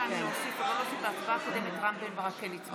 הודעת הממשלה על העברת סמכויות משר לשר נתקבלה.